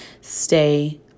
stay